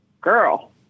Girl